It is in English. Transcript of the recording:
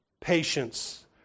patience